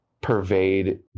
pervade